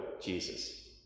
Jesus